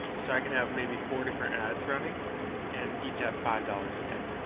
so i can have maybe four different ads running and each at five dollars a day.